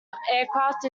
aircraft